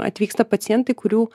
atvyksta pacientai kurių